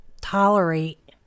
tolerate